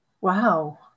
wow